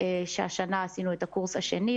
השנה עשינו את הקורס השני,